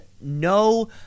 no